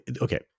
okay